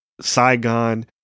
saigon